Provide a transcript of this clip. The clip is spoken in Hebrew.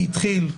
מי התחיל?